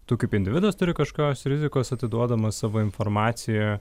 tu kaip individas turi kažkokios rizikos atiduodamas savo informaciją